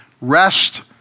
rest